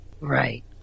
Right